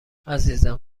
عزیزم